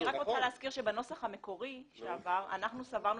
אני רוצה להזכיר שבנוסח המקורי שעבר אנחנו סברנו